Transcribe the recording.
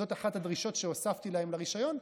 זאת אחת הדרישות שהוספתי להם לרישיון,